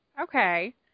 Okay